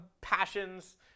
Passions